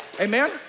Amen